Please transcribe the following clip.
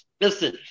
listen